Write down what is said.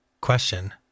question